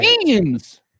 names